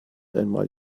einmal